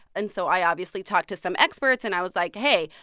and so i obviously talked to some experts. and i was like, hey.